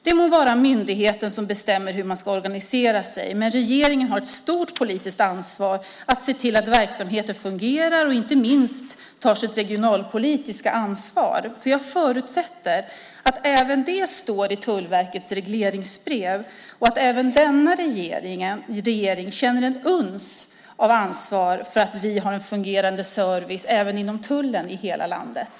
Det må vara myndigheten som bestämmer hur den ska organisera sig, men regeringen har ett stort politiskt ansvar att se till att verksamheten fungerar och inte minst tar sitt regionalpolitiska ansvar. Jag förutsätter att även det står i Tullverkets regleringsbrev och att även denna regering känner åtminstone ett uns av ansvar för att vi har en fungerande service även inom tullen i hela landet.